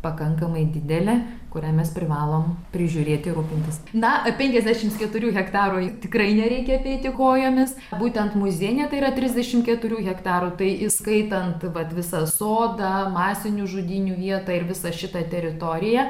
pakankamai didelė kurią mes privalom prižiūrėti rūpintis na penkiasdešimt keturių hektarų tikrai nereikia apeiti kojomis būtent muziejinė tai yra trisdešimt keturių hektarų tai įskaitant vat visą sodą masinių žudynių vietą ir visą šitą teritoriją